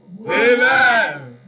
Amen